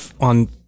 on